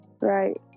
Right